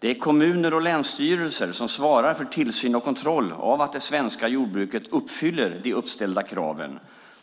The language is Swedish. Det är kommuner och länsstyrelser som svarar för tillsyn och kontroll av att det svenska jordbruket uppfyller de uppställda kraven.